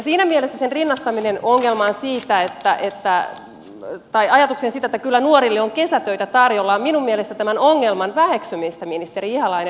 siinä mielessä sen rinnastaminen ajatukseen siitä että kyllä nuorille on kesätöitä tarjolla on minun mielestäni tämän ongelman väheksymistä ministeri ihalainen